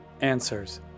Answers